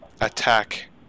attack